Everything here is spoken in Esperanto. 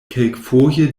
kelkfoje